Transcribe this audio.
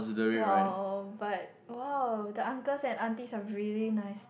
!wow! but !wow! the uncles and aunties are really nice